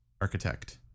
architect